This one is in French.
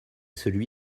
celui